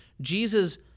Jesus